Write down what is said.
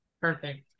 Perfect